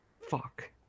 Fuck